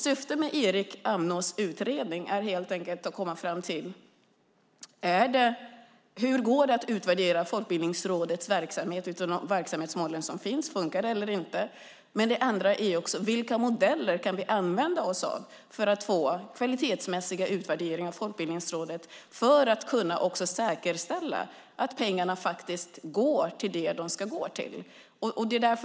Syftet med Erik Amnås utredning är att komma fram till hur det går att utvärdera Folkbildningsrådets verksamhet utifrån de verksamhetsmål som finns. Fungerar rådet eller inte? Vilka modeller kan vi använda oss av för att få kvalitetsmässiga utvärderingar av Folkbildningsrådet för att säkerställa att pengarna faktiskt går till det de ska gå till?